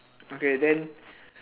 okay then